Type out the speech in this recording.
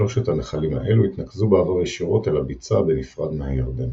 שלושת הנחלים האלו התנקזו בעבר ישירות אל הביצה בנפרד מהירדן.